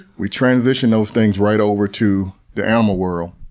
we transition those things right over to the animal world,